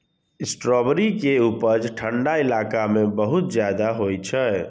strawberry के उपज ठंढा इलाका मे बहुत ज्यादा होइ छै